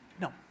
No